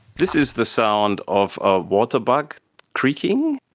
this is the sound of a water bug creaking